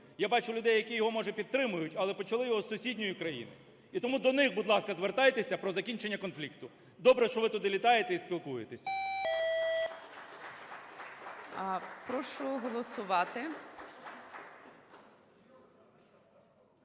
Я бачу людей, які його, може, підтримують, але почали його із сусідньої країни. І тому до них, будь ласка, звертайтеся про закінчення конфлікту. Добре, що ви туди літаєте і спілкуєтесь.